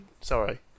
Sorry